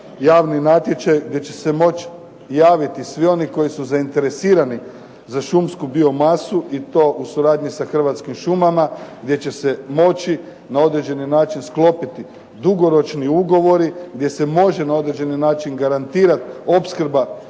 javni natječaj gdje će se moći javiti svi oni koji su zainteresirani za šumsku biomasu i to u suradnji sa Hrvatskim šumama gdje će se moći na određeni način sklopiti dugoročni ugovori gdje se može na određeni način garantirati opskrba